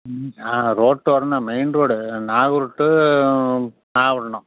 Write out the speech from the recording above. ம் ஆஹான் ரோட்டோரம் தான் main road Nagore to Nagapattinam